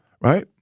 right